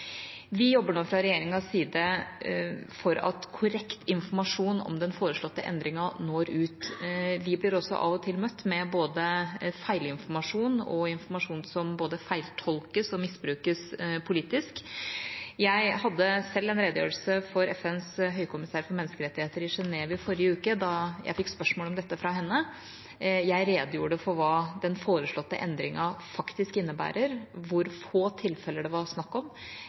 Vi jobber nå fra regjeringas side for at korrekt informasjon om den foreslåtte endringen når ut. Vi blir av og til møtt med feilinformasjon og informasjon som både feiltolkes og misbrukes politisk. Jeg hadde selv en redegjørelse for FNs høykommissær for menneskerettigheter i Genève i forrige uke da jeg fikk spørsmål om dette fra henne. Jeg redegjorde for hva den foreslåtte endringen faktisk innebærer, hvor få tilfeller det er snakk om,